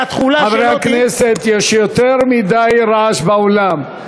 שהתחולה שלו, חברי הכנסת, יש יותר מדי רעש באולם.